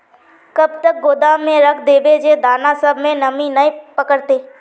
कब तक गोदाम में रख देबे जे दाना सब में नमी नय पकड़ते?